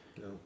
No